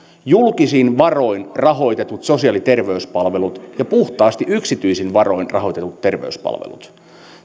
julkisin varoin rahoitetut sosiaali ja terveyspalvelut ja puhtaasti yksityisin varoin rahoitetut terveyspalvelut